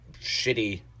shitty